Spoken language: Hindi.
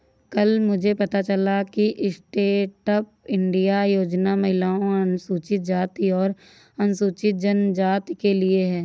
कल मुझे पता चला कि स्टैंडअप इंडिया योजना महिलाओं, अनुसूचित जाति और अनुसूचित जनजाति के लिए है